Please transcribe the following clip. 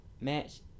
Match